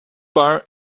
bar